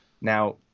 Now